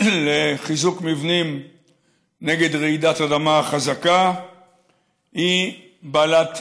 לחיזוק מבנים נגד רעידת אדמה חזקה היא בעלת